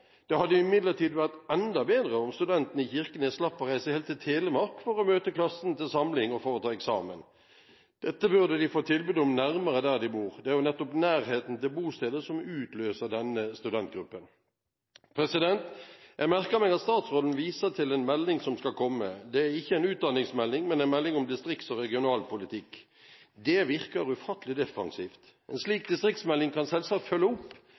Det hadde imidlertid vært enda bedre om studentene i Kirkenes slapp å reise helt til Telemark for å møte klassen til samling og for å ta eksamen. Det burde de få tilbud om nærmere der de bor. Det er jo nettopp nærheten til bostedet som utløser denne studentgruppen. Jeg merker meg at statsråden viser til en melding som skal komme. Det er ikke en utdanningsmelding, men en melding om distrikts- og regionalpolitikk. Det virker ufattelig defensivt. En slik distriktsmelding kan selvsagt følge opp,